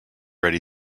ready